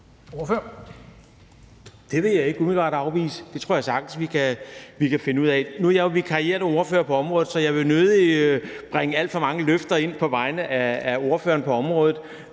Det vil jeg ikke umiddelbart afvise. Det tror jeg sagtens vi kan finde ud af. Nu er jeg jo vikarierende ordfører på området, så jeg vil nødig bringe alt for mange løfter ind på vegne af ordføreren på området,